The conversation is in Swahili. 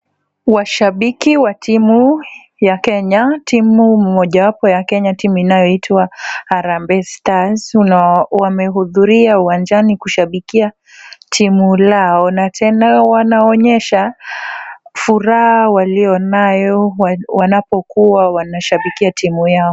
Washabiki wa timu ya Kenya timu mmoja wapo ya timu inayoitwa Harambee Stars wamehudhuria uwanjani kushabikia timu lao na tena wanaoonyesha furaha waliyo nayo wanapokuwa wanashabikia timu yao.